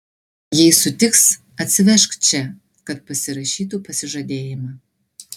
jei sutiks atsivežk čia kad pasirašytų pasižadėjimą